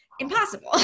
Impossible